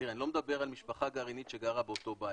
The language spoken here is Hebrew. אני לא מדבר על משפחה גרעינית שגרה באותו בית,